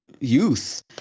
youth